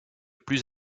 plus